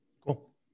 Cool